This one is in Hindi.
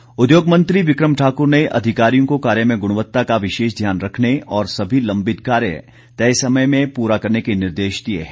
बिक्रम ठाकुर उद्योग मंत्री बिक्रम ठाकुर ने अधिकारियों को कार्य में गुणवत्ता का विशेष ध्यान रखने और सभी लम्बित कार्य तय समय में पूरा करने के निर्देश दिए हैं